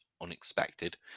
unexpected